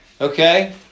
Okay